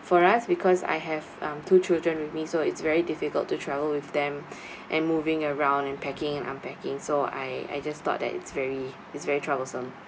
for us because I have um two children with me so it's very difficult to travel with them and moving around and packing unpacking so I I just thought that it's very it's very troublesome